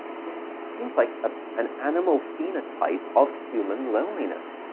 this seems like ah an animal phenotype of human loneliness.